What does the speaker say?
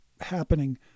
happening